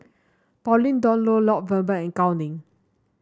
Pauline Dawn Loh Lloyd Valberg and Gao Ning